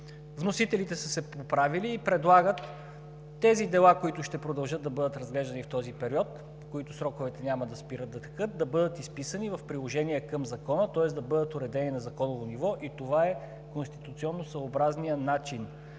вносителите са се поправили и предлагат тези дела, които ще продължат да бъдат разглеждани в този период, в които сроковете няма да спират да текат, да бъдат изписани в приложение към Закона, тоест да бъдат уредени на законово ниво. Това е конституционносъобразният начин.